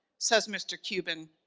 says mr. cuban,